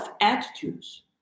attitudes